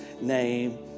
name